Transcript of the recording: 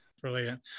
brilliant